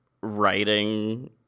writing